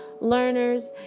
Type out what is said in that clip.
learners